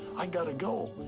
i got to go.